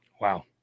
Wow